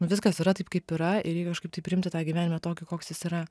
nu viskas yra taip kaip yra ir reikia kažkaip tai priimti tą gyvenimą tokį koks jis yra